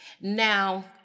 Now